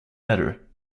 letter